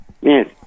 Yes